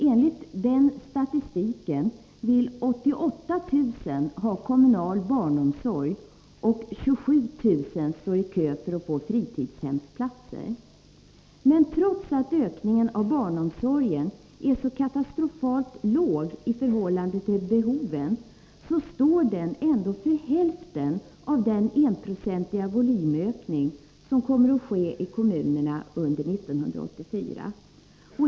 Enligt den statistiken vill 88 000 ha kommunal barnomsorg, och 27 000 står i kö för att få fritidshemsplatser. Trots att ökningen av barnomsorgen är så katastrofalt låg i förhållande till behoven, står den ändå för hälften av den enprocentiga volymökning som kommer att ske i kommunerna under 1984.